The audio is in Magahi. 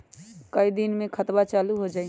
कई दिन मे खतबा चालु हो जाई?